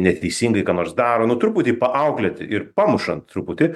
neteisingai ką nors daro nu truputį paauklėti ir pamušant truputį